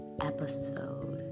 episode